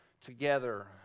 together